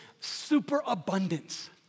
superabundance